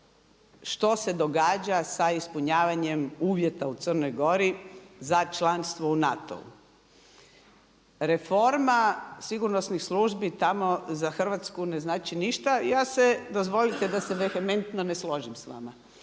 što se događa sa ispunjavanjem uvjeta u Crnoj Gori za članstvo u NATO-u. Reforma sigurnosnih službi tamo za Hrvatsku ne znači ništa, ja se, dozvolite da se … ne složim s vama.